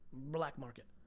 black market,